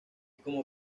como